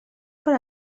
per